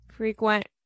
frequent